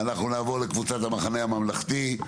ואנחנו נעבור לקבוצת "המחנה הממלכתי".